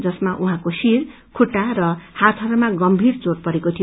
जसमा उहाँको शिर खुट्टा र हातहरूमा गम्भीर चोट परेको थियो